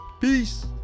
peace